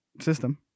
system